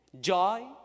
joy